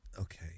Okay